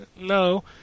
No